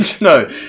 No